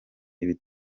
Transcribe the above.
ibi